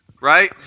Right